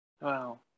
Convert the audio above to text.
Wow